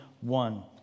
one